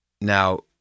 now